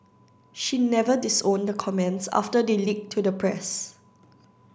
she never disowned the comments after they leaked to the press